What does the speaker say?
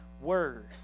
word